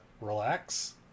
relax